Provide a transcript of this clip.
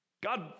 God